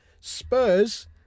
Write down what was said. Spurs